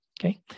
okay